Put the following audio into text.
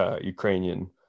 Ukrainian